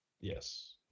Yes